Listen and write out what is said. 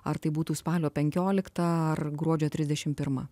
ar tai būtų spalio penkiolikta ar gruodžio trisdešimt pirma